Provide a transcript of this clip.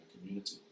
community